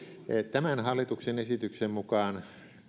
tämän hallituksen esityksen mukaan